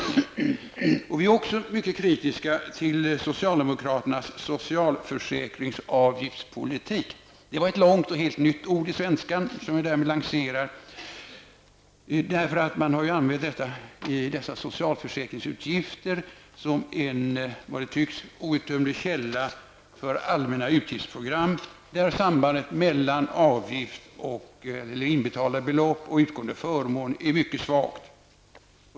Vi är också mycket kritiska till socialdemokraternas socialförsäkringsavgiftspolitik. Det är ett långt och helt nytt ord i svenskan, som härmed lanseras. Man har använt dessa socialförsäkringsmedel som en -- som det tycks -- outtömlig källa för allmänna utgiftsprogram, där sambandet mellan inbetalda belopp och utgående förmåner är mycket svagt.